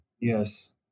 Yes